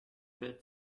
bild